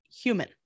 human